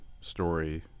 story